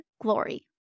Glory